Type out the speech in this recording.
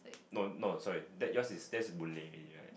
no no sorry that your's that's a bully already right